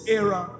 era